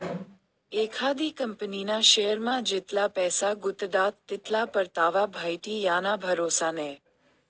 एखादी कंपनीना शेअरमा जितला पैसा गुताडात तितला परतावा भेटी याना भरोसा नै